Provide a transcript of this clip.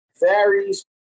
varies